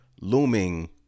looming